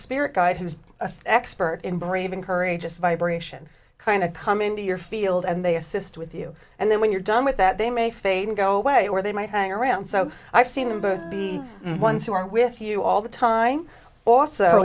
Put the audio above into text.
spirit guide who is expert in brave encourages vibration kind of come into your field and they assist with you and then when you're done with that they may fade and go away or they might hang around so i've seen the ones who are with you all the time also